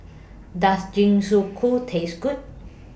Does Jingisukan Taste Good